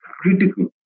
critical